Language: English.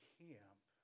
camp